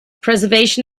preservation